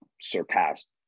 surpassed